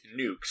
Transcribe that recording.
nukes